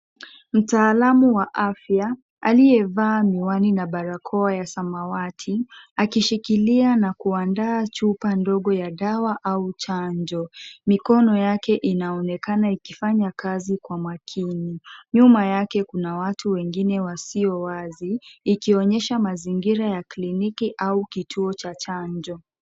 Mtaalamu wa afya aliyevaa miwani na barakoa ya samawati akishikilia na kuandaa chupa ndogo ya dawa au chanjo. Mikono yake inaonekana ikifanya kazi kwa makini. Nyuma yake kuna watu wengine wasio wazi, ikionyesha mazingira ya kliniki au kituo cha chanjo.